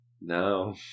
No